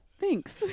Thanks